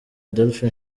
adolphe